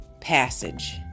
passage